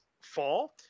fall